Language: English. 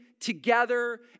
together